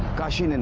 kashi. and and